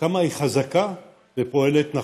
כמה היא חזקה ופועלת נכון.